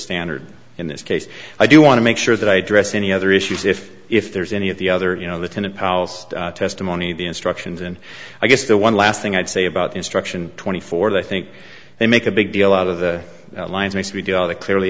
standard in this case i do want to make sure that i address any other issues if if there's any of the other you know the tenant house testimony the instructions and i guess the one last thing i'd say about instruction twenty four and i think they make a big deal out of the lines makes me do all the clearly